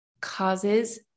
causes